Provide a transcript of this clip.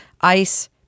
ice